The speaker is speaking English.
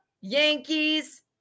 Yankees